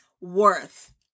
worth